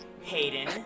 Hayden